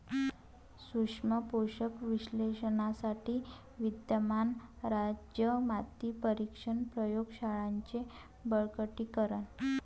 सूक्ष्म पोषक विश्लेषणासाठी विद्यमान राज्य माती परीक्षण प्रयोग शाळांचे बळकटीकरण